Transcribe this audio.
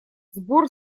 сбор